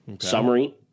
summary